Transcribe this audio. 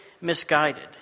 misguided